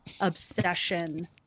obsession